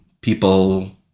people